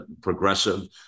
progressive